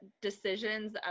decisions